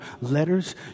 letters